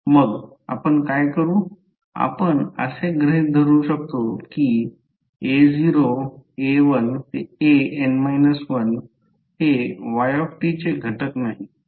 आपण असे गृहीत धरू शकतो कीa0 a1 an 1 हे y चे घटक नाही